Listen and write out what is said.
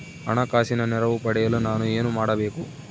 ಹಣಕಾಸಿನ ನೆರವು ಪಡೆಯಲು ನಾನು ಏನು ಮಾಡಬೇಕು?